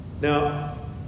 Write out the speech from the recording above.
Now